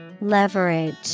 Leverage